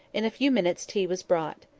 in a few minutes tea was brought.